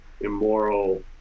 immoral